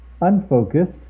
Unfocused